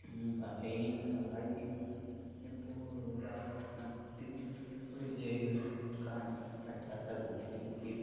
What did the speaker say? പറയുകയും സഹായിക്കുകയും ഇപ്പോൾ ഉദാഹരണത്തിന് ഒരു ചെവി കേൾക്കാൻ പറ്റാത്ത കുട്ടിക്ക്